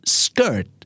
skirt